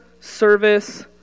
service